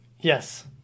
Yes